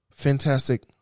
Fantastic